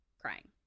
Crying